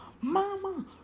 Mama